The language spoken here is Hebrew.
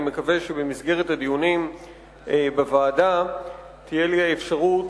אני מקווה שבמסגרת הדיונים בוועדה תהיה לי האפשרות